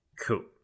Cool